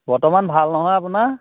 বৰ্তমান ভাল নহয় আপোনাৰ